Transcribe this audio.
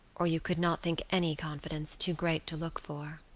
or you could not think any confidence too great to look for.